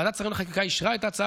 ועדת השרים לחקיקה אישרה את ההצעה,